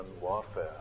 warfare